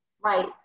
Right